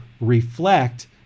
reflect